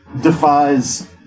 defies